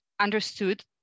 understood